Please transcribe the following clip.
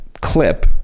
clip